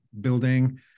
building